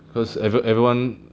cause every everyone